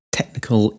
technical